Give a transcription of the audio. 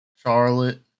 Charlotte